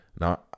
now